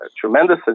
tremendous